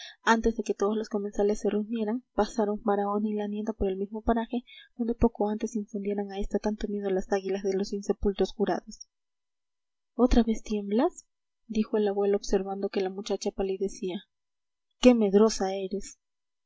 antes de que todos los comensales se reunieran pasaron baraona y la nieta por el mismo paraje donde poco antes infundieran a ésta tanto miedo las águilas de los insepultos jurados otra vez tiemblas le dijo el abuelo observando que la muchacha palidecía qué medrosa eres